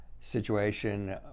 situation